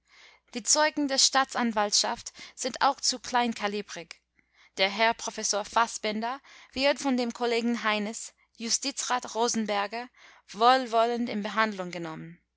die zeugen der staatsanwaltschaft sind auch zu kleinkalibrig der herr professor faßbender wird von dem kollegen heines justizrat rosenberger wohlwollend in behandlung genommen